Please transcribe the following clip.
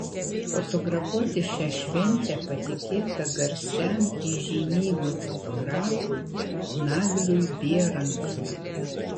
fotografuoti šią šventę patikėta garsiam įžymybių fotografui nagliui bierancui